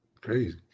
Crazy